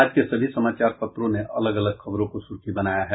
आज के सभी समाचार पत्रों ने अलग अलग खबरों को सुर्खी बनाया है